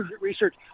research